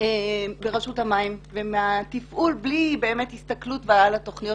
ברשות המים ומהתפעול בלי באמת הסתכלות על התוכניות.